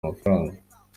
amafaranga